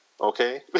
okay